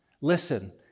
LISTEN